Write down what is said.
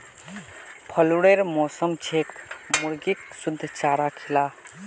फ्लूरेर मौसम छेक मुर्गीक शुद्ध चारा खिला